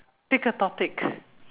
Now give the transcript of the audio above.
pick a topic